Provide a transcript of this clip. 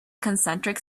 concentric